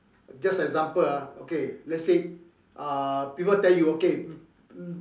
just example ah okay let's say uh people tell you okay